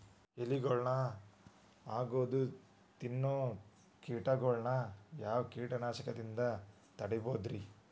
ಎಲಿಗೊಳ್ನ ಅಗದು ತಿನ್ನೋ ಕೇಟಗೊಳ್ನ ಯಾವ ಕೇಟನಾಶಕದಿಂದ ತಡಿಬೋದ್ ರಿ?